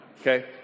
okay